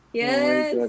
yes